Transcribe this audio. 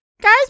guys